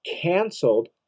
canceled